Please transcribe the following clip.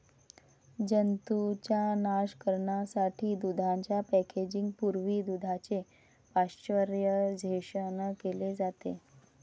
जंतूंचा नाश करण्यासाठी दुधाच्या पॅकेजिंग पूर्वी दुधाचे पाश्चरायझेशन केले जाते